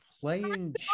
playing